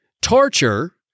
Torture